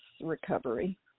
recovery